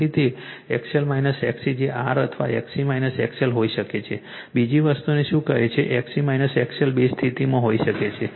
તેથી તે XL XC જે R અથવા XC XL હોઈ શકે છે બીજી વસ્તુને શું કહે છે XC XL બે સ્થિતિમાં હોઈ શકે છે